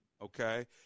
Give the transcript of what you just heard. Okay